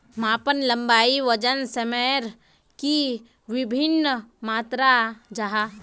मापन लंबाई वजन सयमेर की वि भिन्न मात्र जाहा?